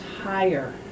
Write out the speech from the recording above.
higher